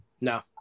No